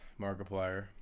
markiplier